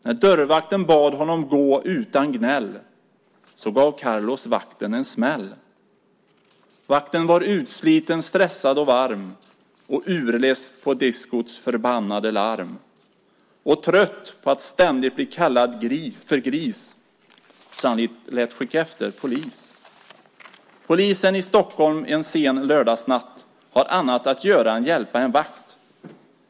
När dörrvakten bad honom gå utan gnäll så gav Carlos vakten en smäll. Vakten var utsliten, stressad och varm, och urless på diskots förbannade larm, och trött på att ständigt bli kallad för gris; Så han lät skicka efter polis. Polisen i Stockholm en sen lördagsnatt har annat att göra än hjälpa en vakt.